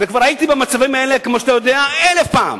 וכבר הייתי במצבים האלה כמו שאתה יודע אלף פעם.